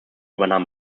übernahm